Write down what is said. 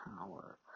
power